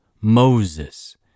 Moses